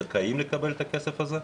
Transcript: זכאים לקבל את הכסף הזה?